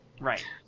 Right